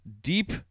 deep